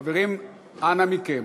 חברים, אנא מכם.